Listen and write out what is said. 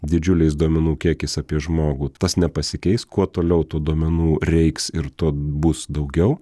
didžiuliais duomenų kiekis apie žmogų tas nepasikeis kuo toliau tuo duomenų reiks ir tuo bus daugiau